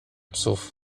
psów